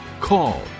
call